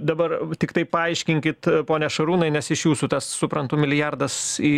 dabar tiktai paaiškinkit pone šarūnai nes iš jūsų tas suprantu milijardas į